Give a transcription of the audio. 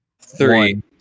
Three